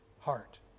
heart